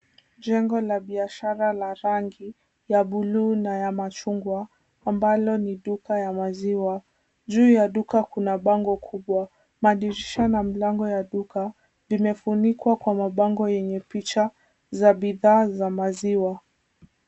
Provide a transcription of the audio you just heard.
Jengo la biashara la rangi ya buluu na ya machungwa ambalo ni duka ya maziwa. Juu ya duka kuna bango kubwa, madirisha na milango ya duka imefunikwa kwa mabango yenye picha za bidhaa za maziwa.